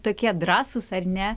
tokie drąsūs ar ne